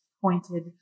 pointed